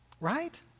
right